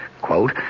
quote